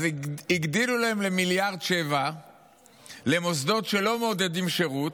אז הגדילו להם ל-1.7 מיליארד למוסדות שלא מעודדים שירות,